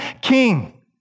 king